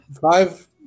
five